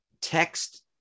text